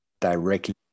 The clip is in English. directly